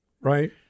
Right